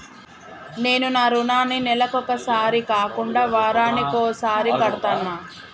నేను నా రుణాన్ని నెలకొకసారి కాకుండా వారానికోసారి కడ్తన్నా